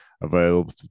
available